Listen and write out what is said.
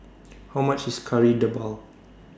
How much IS Kari Debal